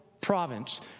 province